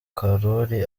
karori